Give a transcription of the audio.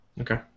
Okay